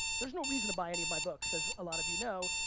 there's no reason to buy any of my books, as a lot of you know,